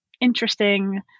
interesting